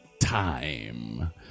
time